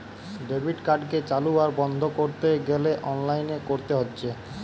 debit কার্ডকে চালু আর বন্ধ কোরতে গ্যালে অনলাইনে কোরতে হচ্ছে